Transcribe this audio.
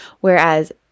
Whereas